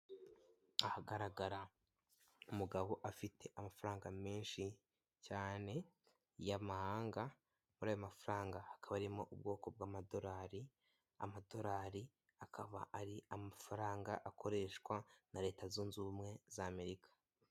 Ahagaragara umugabo afite amafaranga menshi cyane y'amahanga, muri ayo mafaranga hakaba harimo ubwoko bw'amadolari, amadolari akaba ari amafaranga akoreshwa na leta zunze ubumwe za Amerika.